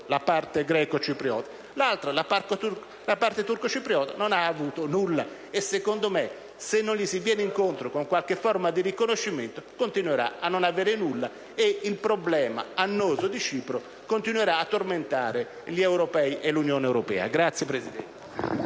europea; l'altra, la parte turco-cipriota, non ha avuto nulla, e secondo me, se non le si va incontro con qualche forma di riconoscimento, continuerà a non avere nulla e il problema annoso di Cipro continuerà a tormentare gli europei e l'Unione europea. *(Applausi del